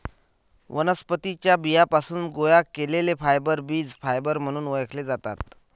वनस्पतीं च्या बियांपासून गोळा केलेले फायबर बीज फायबर म्हणून ओळखले जातात